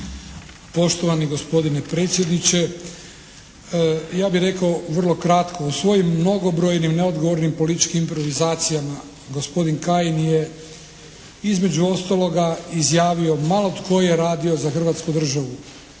Poštovani gospodine predsjedniče, ja bih rekao vrlo kratko. U svojim mnogobrojnim neodgovornim političkim improvizacijama gospodin Kajin je između ostaloga izjavio malo tko je radio za hrvatsku državu.